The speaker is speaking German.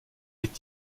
geht